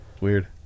Weird